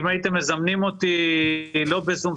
אם הייתם מזמנים אותי לא בזום,